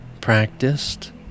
practiced